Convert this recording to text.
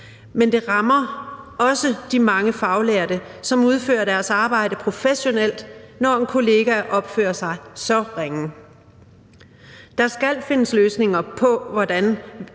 men det rammer også de mange faglærte, som udfører deres arbejde professionelt, når en kollega opfører sig så ringe. Der skal findes løsninger på, hvordan